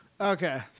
Okay